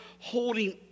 holding